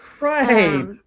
Right